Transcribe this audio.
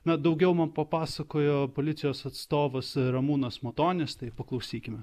na daugiau man papasakojo policijos atstovas ramūnas matonis tai paklausykime